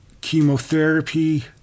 chemotherapy